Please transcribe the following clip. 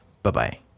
Bye-bye